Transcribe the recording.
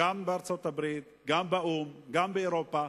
גם בארצות-הברית, גם באו"ם, גם באירופה,